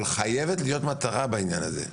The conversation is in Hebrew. אבל חייבת להיות מטרה בעניין הזה.